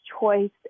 choice